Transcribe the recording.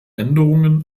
änderungen